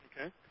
Okay